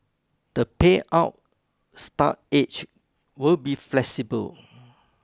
the payout start age will be flexible